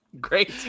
great